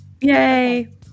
Yay